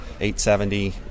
870